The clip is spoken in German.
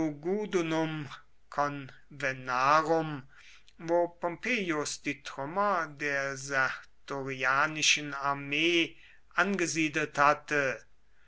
wo pompeius die trümmer der sertorianischen armee angesiedelt hatte